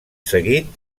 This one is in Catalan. seguit